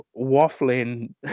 waffling